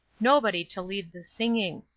nobody to lead the singing.